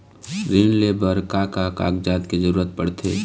ऋण ले बर का का कागजात के जरूरत पड़थे?